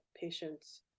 patients